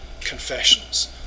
confessions